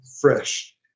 fresh